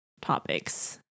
topics